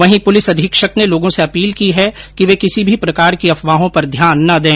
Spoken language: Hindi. वहीं पुलिस अधीक्षक ने लोगों से अपील की है कि वे किसी भी प्रकार की अपवाहों पर ध्यान ना दें